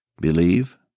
believe